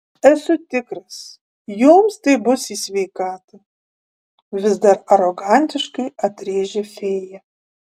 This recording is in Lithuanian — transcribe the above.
esu tikras jums tai bus į sveikatą vis dar arogantiškai atrėžė fėja